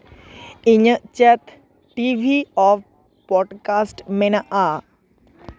ᱤᱧᱟᱹᱜ ᱪᱮᱫ T V of broadcast ᱢᱮᱱᱟᱜᱼᱟ